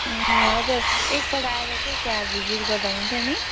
ए हजुर एकपल्ट आएर चाहिँ त्यहाँ भिजिट गर्दा हुन्छ नि